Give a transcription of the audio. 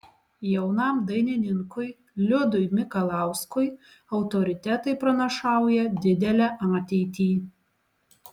jaunam dainininkui liudui mikalauskui autoritetai pranašauja didelę ateitį